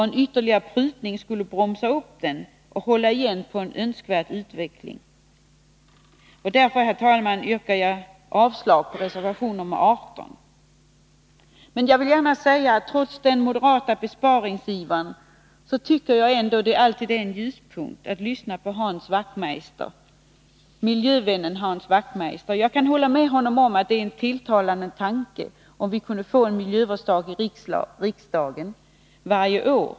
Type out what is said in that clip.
En ytterligare prutning skulle bromsa upp och hålla tillbaka en önskvärd utveckling. Därför, herr talman, yrkar jag avslag på reservation nr 18. Men jag vill gärna säga att det — trots den moderata besparingsivern — alltid är en ljuspunkt att lyssna på miljövännen Hans Wachtmeister. Jag kan hålla med honom om att det är en tilltalande tanke, om vi kunde få en miljövårdsdag i riksdagen varje år.